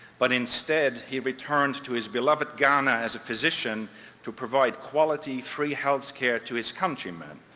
but instead he returned to his beloved ghana as physician to provide quality free healthcare to his countrymen.